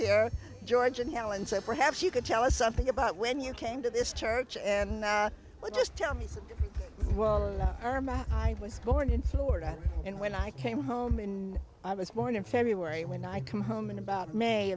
here george and helen so perhaps you could tell us something about when you came to this church and i would just tell me irma i was born in florida and when i came home and i was born in february when i come home in about may